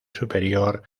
superior